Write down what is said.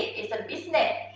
is a business.